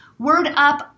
WordUp